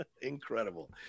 Incredible